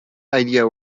idea